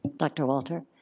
dr. walter?